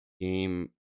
game